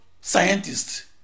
scientists